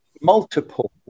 multiple